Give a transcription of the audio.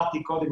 אמרתי קודם,